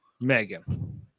Megan